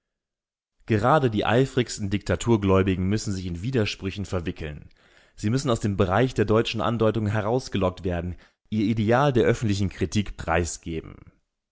gerade die eifrigsten diktaturgläubigen müssen sich in widersprüchen verwickeln sie müssen aus dem bereich der deutschen andeutungen herausgelockt werden ihr ideal der öffentlichen kritik preisgeben